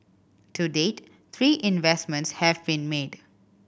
to date three investments have been made